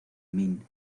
min